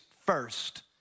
first